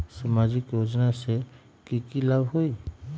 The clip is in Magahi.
सामाजिक योजना से की की लाभ होई?